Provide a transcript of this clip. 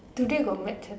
today got match ah